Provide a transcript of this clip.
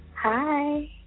Hi